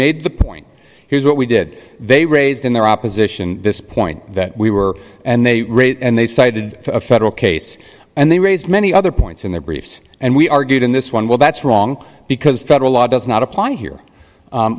made the point here's what we did they raised in their opposition this point that we were and they raised and they cited a federal case and they raised many other points in their briefs and we argued in this one well that's wrong because federal law does not apply here